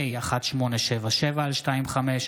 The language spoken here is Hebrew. פ/1522/25,